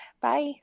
Bye